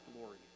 glory